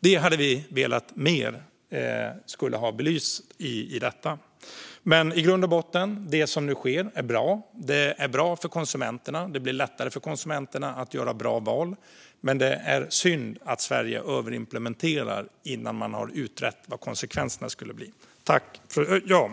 Det hade vi velat ha mer belyst i detta. I grund och botten är det som nu sker bra. Det är bra för konsumenterna. Det blir lättare för konsumenterna att göra bra val. Det är dock synd att Sverige överimplementerar innan man har utrett vad konsekvenserna skulle bli.